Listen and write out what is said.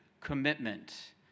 commitment